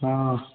हँ